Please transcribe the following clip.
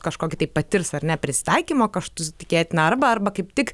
kažkokį tai patirs ar ne prisitaikymo kaštus tikėtina arba arba kaip tik